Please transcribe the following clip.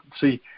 see